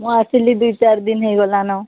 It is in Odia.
ମୁଁ ଆସିଲି ଦୁଇ ଚାରି ଦିନ ହୋଇଗଲାଣି